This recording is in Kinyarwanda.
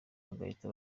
bagahita